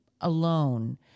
alone